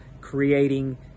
creating